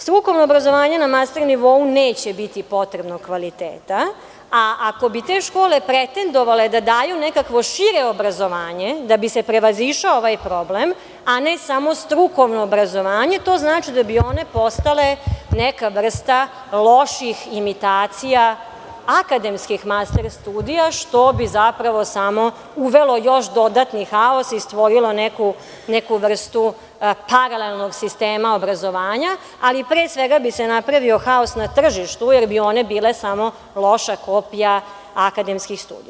Stukovno obrazovanje na master nivou neće biti potrebnog kvaliteta, a ako bi te škole pretendovale da daju nekakvo šire obrazovanje da bi se prevazišao ovaj problem, a ne samo strukovno obrazovanje, to znači da bi one postale neka vrsta loših imitacija akademskih master studija, što bi zapravo uvelo samo još dodatni haos i stvorilo neku vrstu paralelnog sistema obrazovanja, ali pre svega bi se napravio haos na tržištu, jer bi one bile samo loša kopija akademskih studija.